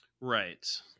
Right